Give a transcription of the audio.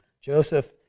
Joseph